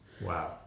Wow